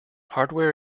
hardware